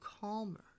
calmer